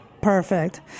Perfect